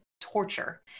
torture